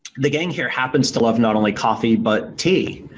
the gang here happens to love not only coffee but tea.